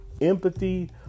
empathy